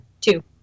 Two